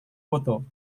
foto